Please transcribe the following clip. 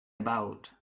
about